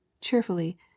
cheerfully